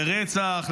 לרצח,